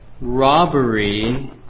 robbery